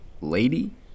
Lady